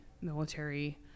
military